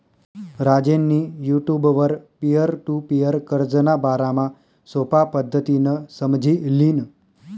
राजेंनी युटुबवर peer to peer कर्जना बारामा सोपा पद्धतीनं समझी ल्हिनं